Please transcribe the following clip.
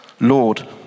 Lord